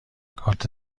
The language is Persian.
کارت